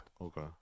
Okay